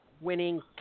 winning